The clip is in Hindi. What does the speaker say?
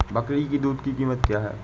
बकरी की दूध की कीमत क्या है?